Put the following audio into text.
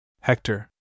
Hector